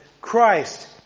Christ